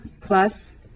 plus